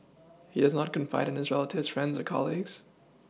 he does not confide in his relatives friends or colleagues